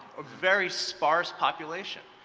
a very sparse population.